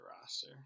roster